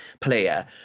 player